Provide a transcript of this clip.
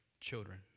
children